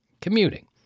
commuting